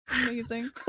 Amazing